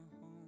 home